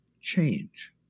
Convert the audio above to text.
change